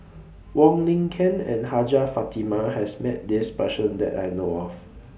Wong Lin Ken and Hajjah Fatimah has Met This Person that I know of